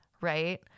right